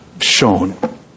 shown